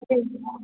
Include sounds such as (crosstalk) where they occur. (unintelligible)